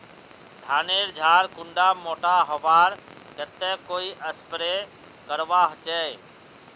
धानेर झार कुंडा मोटा होबार केते कोई स्प्रे करवा होचए?